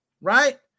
right